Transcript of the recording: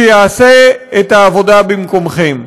שיעשה את העבודה במקומכם.